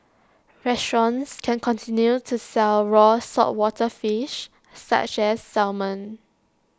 restaurants can continue to sell raw saltwater fish such as salmon